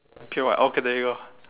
what okay there you go